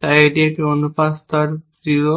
তাই এটি একটি অনুপাত স্তর 0